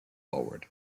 forward